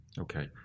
Okay